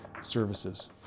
services